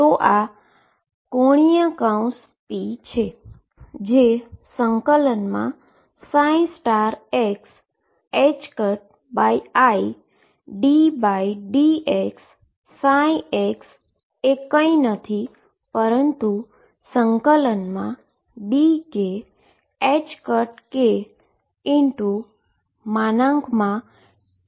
તો આ ⟨p⟩ છે જે ∫xiddx ψx dx એ કઈ નથી પરંતુ∫dk ℏk Ak2 છે